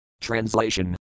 Translation